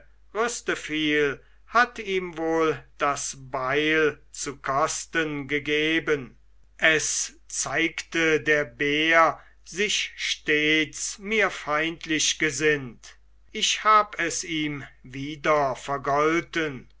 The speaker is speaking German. rüsteviel hat ihm wohl das beil zu kosten gegeben es zeigte der bär sich stets mir feindlich gesinnt ich hab es ihm wieder vergolten